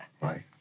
Right